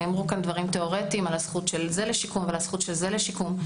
נאמרו פה דברים תיאורטיים על הזכות של זה לשיקום ושל זה לשיקום.